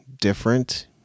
different